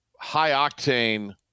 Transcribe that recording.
high-octane